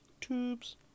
tubes